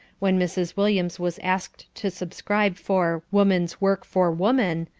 when mrs. williams was asked to subscribe for woman's work for woman,